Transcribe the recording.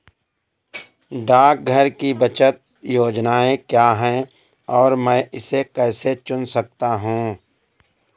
डाकघर की बचत योजनाएँ क्या हैं और मैं इसे कैसे चुन सकता हूँ?